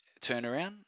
turnaround